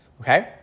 okay